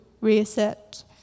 reset